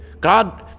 God